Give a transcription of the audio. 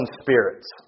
spirits